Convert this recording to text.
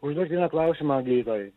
o jūs ir atlaužiama lygoje